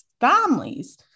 families